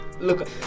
Look